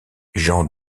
jean